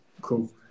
cool